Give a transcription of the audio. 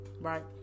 right